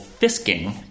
Fisking